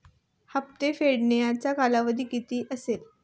हप्ता फेडण्याचा कालावधी किती असेल?